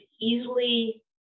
easily